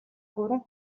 гурван